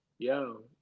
Yo